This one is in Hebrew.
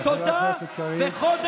חבר הכנסת קריב, גלעד קריב.